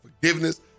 forgiveness